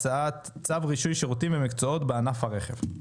הצעת צו רישוי שירותים ומקצועות בענף הרכב.